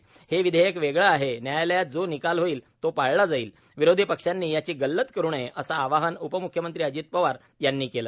हे विधेयक वेगळं आहे न्यायालयात जो निकाल होईल तो पाळला जाईल विरोधी पक्षांनी याची गल्लत करु नये असं आवाहन उपम्ख्यमंत्री अजित पवार यांनी केलं